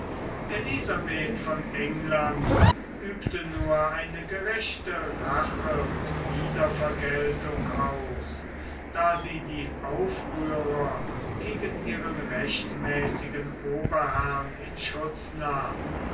elisabeth von england übte nur eine gerechte rache und wiedervergeltung aus da sie die aufrührer gegen ihren rechtmäßigen oberherrn in schutz nahm